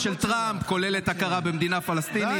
של טראמפ כוללת הכרה במדינה פלסטינית,